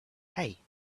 hey